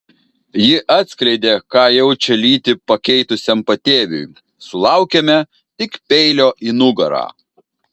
ji atskleidė ką jaučia lytį pakeitusiam patėviui sulaukėme tik peilio į nugarą